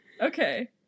Okay